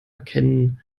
erkennen